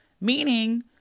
meaning